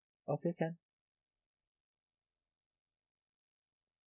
okay can